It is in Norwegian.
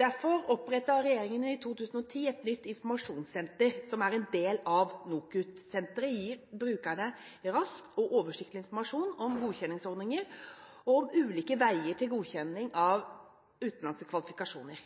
Derfor opprettet regjeringen i 2010 et nytt informasjonssenter, som er en del av NOKUT. Senteret gir brukerne rask og oversiktlig informasjon om godkjenningsordninger og om ulike veier til godkjenning av utenlandske kvalifikasjoner.